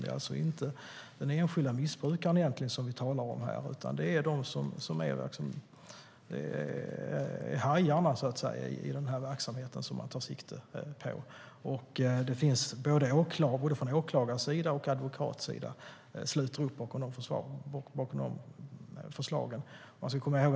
Det är alltså inte den enskilde missbrukaren vi egentligen talar om, utan det är "hajarna" i verksamheten vi tar sikte på. Både åklagarsidan och advokatsidan sluter upp bakom förslagen.